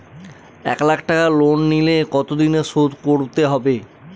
এক লাখ টাকা লোন নিলে কতদিনে শোধ করতে হবে?